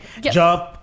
jump